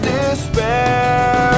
despair